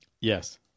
Yes